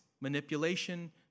manipulation